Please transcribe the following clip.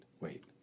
wait